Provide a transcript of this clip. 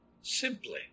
Simply